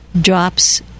drops